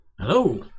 Hello